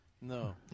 No